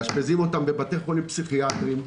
מאשפזים אותם בבתי חולים פסיכיאטריים,